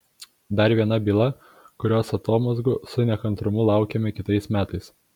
dar viena byla kurios atomazgų su nekantrumu laukiame kitais metais